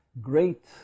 great